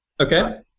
Okay